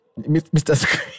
Mr